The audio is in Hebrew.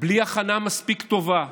בלי הכנה מספיק טובה,